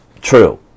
True